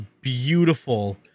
beautiful